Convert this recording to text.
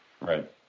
Right